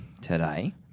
today